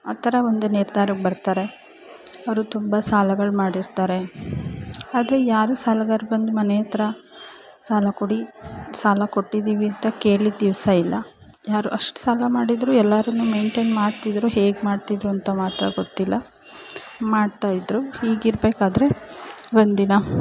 ಆ ಥರ ಒಂದು ನಿರ್ಧಾರಕ್ಕೆ ಬರ್ತಾರೆ ಅವರು ತುಂಬ ಸಾಲಗಳು ಮಾಡಿರ್ತಾರೆ ಆದರೆ ಯಾರೂ ಸಾಲಗಾರರು ಬಂದು ಮನೆ ಹತ್ರ ಸಾಲ ಕೊಡಿ ಸಾಲ ಕೊಟ್ಟಿದ್ದೀವಿ ಅಂತ ಕೇಳಿದ ದಿವಸ ಇಲ್ಲ ಯಾರೂ ಅಷ್ಟು ಸಾಲ ಮಾಡಿದ್ದರೂ ಎಲ್ಲರನ್ನು ಮೇಂಟೇನ್ ಮಾಡ್ತಿದ್ದರು ಹೇಗೆ ಮಾಡ್ತಿದ್ದರು ಅಂತ ಮಾತ್ರ ಗೊತ್ತಿಲ್ಲ ಮಾಡ್ತಾಯಿದ್ದರು ಹೀಗಿರಬೇಕಾದ್ರೆ ಒಂದಿನ